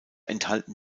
enthalten